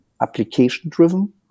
application-driven